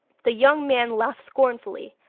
the young man laughed scornfully.